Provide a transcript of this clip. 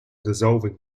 dissolving